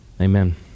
Amen